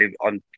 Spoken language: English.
on